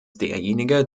derjenige